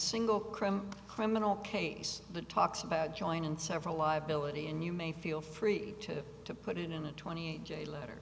single crumb criminal case but talks about joining several liability and you may feel free to to put it in a twenty a j letter